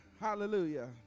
Hallelujah